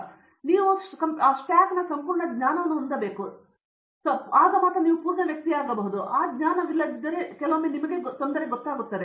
ಆಗ ನೀವು ಸ್ಟಾಕ್ನ ಸಂಪೂರ್ಣ ಜ್ಞಾನವನ್ನು ಹೊಂದಬೇಕು ಮತ್ತು ನಂತರ ನೀವು ಮಾತ್ರ ಪಡೆಯುತ್ತೀರಿ ನೀವು ಪೂರ್ಣ ವ್ಯಕ್ತಿಯಾಗಬಹುದು ಮತ್ತು ನಿಮಗೆ ಆ ಜ್ಞಾನವಿಲ್ಲದಿದ್ದರೆ ಅದು ಕೆಲವೊಮ್ಮೆ ನಿಮಗೆ ಗೊತ್ತಾಗುತ್ತದೆ